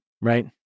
Right